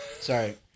Sorry